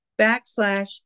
backslash